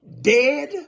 dead